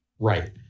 Right